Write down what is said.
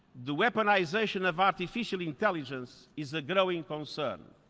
the weaponization of artificial intelligence is a growing concern.